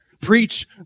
Preach